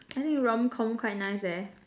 I think rom-com quite nice leh